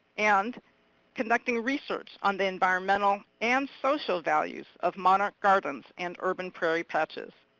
and connecting research on the environmental and social values of monarch gardens and urban prairie patches.